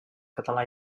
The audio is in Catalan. català